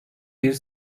bir